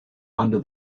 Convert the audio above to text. under